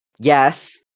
Yes